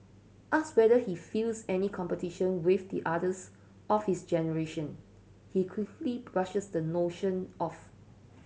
asked whether he feels any competition with the others of his generation he quickly brushes the notion off